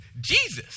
Jesus